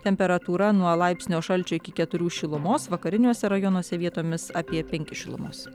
temperatūra nuo laipsnio šalčio iki keturių šilumos vakariniuose rajonuose vietomis apie penkis šilumos